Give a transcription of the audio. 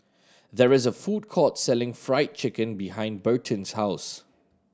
there is a food court selling Fried Chicken behind Burton's house